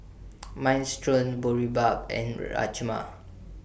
Minestrone Boribap and Rajma